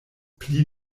pli